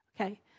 Okay